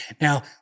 Now